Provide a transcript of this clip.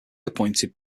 appointed